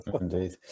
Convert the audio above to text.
indeed